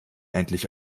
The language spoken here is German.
endlich